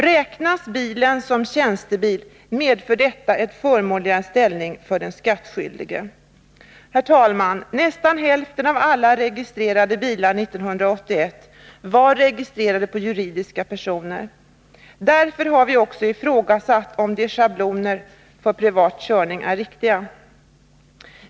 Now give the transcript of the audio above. Räknas bilen som tjänstebil, medför detta en förmånligare ställning för den skattskyldige. Herr talman! Nästan hälften av alla registrerade bilar 1981 var registrerade på juridiska personer. Därför har vi också ifrågasatt, om de schabloner som tillämpas för privat körning är riktiga.